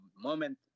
moment